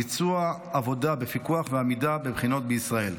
ביצוע עבודה בפיקוח ועמידה בבחינות בישראל.